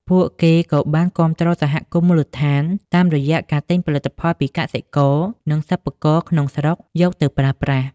ពួកគេក៏បានគាំទ្រសហគមន៍មូលដ្ឋានតាមរយៈការទិញផលិតផលពីកសិករ និងសិប្បករក្នុងស្រុកយកទៅប្រើប្រាស់ ។